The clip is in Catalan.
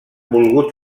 volgut